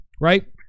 right